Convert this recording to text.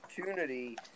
opportunity